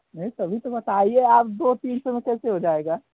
नहीं तभी तो बताइए आप दो तीन सौ में कैसे हो जाएगा